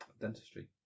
dentistry